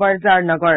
Brajarajnagar